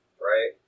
right